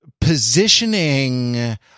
positioning